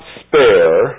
spare